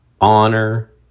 honor